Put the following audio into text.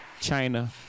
China